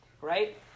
Right